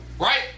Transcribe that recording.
right